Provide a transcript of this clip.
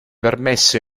permesso